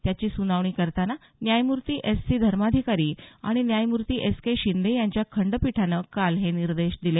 त्याची सुनावणी करताना न्यायमूर्ती एस सी धर्माधिकारी आणि न्यायमूर्ती एस के शिंदे यांच्या खंडपीठानं काल हे निर्देश दिले